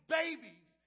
babies